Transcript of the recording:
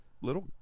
little